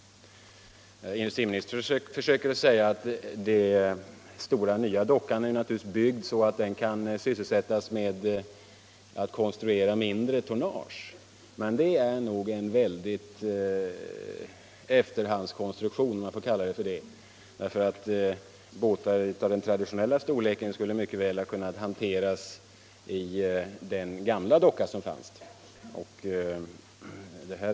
Industriministern försökte säga att den stora nya dockan naturligtvis är byggd så att den kan sysselsättas med att bygga även mindre tonnage. Det är nog en efterhandskonstruktion, om jag får kalla det så, eftersom båtar av den traditionella storleken mycket väl skulle ha kunnat hanteras i den gamla docka som fanns där tidigare.